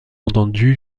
entendu